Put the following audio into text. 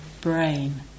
brain